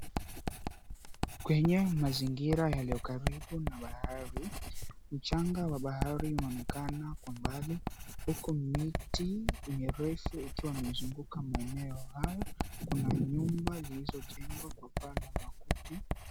Kwenye mazingira yaliyo karibu na bahari, mchanga wa bahari unaonekana kwa mbali, huko miti mirefu ikiwa imezunguka maeneo hayo, kuna nyumba zilizojengwa kwa panza makuti.